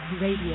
Radio